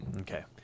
okay